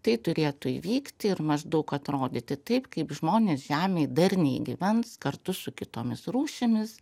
tai turėtų įvykti ir maždaug atrodyti taip kaip žmonės žemėj darniai gyvens kartu su kitomis rūšimis